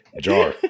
Jar